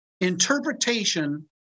Interpretation